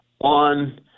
on